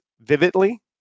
vividly